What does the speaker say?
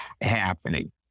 happening